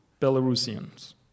Belarusians